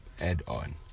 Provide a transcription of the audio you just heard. add-on